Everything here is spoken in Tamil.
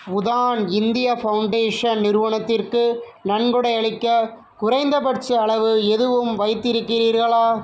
உதான் இந்தியா ஃபவுண்டேஷன் நிறுவனத்திற்கு நன்கொடை அளிக்க குறைந்தபட்ச அளவு எதுவும் வைத்திருக்கிறார்களா